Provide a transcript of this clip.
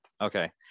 Okay